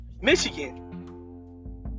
Michigan